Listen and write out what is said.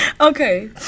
Okay